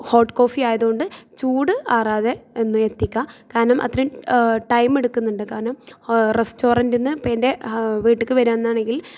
hot coffee ആയതുകൊണ്ട് ചൂട് ആറാതെ ഒന്ന് എത്തിക്കുക കാരണം അത്രയും ടൈം എടുക്കുന്നുണ്ട് കാരണം ഹോ റെസ്റ്റോറൻറ്റ് ഇപ്പം എൻ്റെ വീട്ടിലേക്ക് വരിക എന്നാണെങ്കിൽ